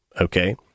okay